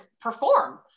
perform